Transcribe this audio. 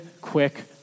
quick